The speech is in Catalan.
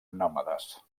nòmades